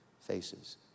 faces